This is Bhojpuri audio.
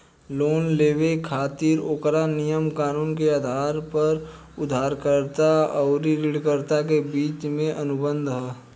लोन लेबे खातिर ओकरा नियम कानून के आधार पर उधारकर्ता अउरी ऋणदाता के बीच के अनुबंध ह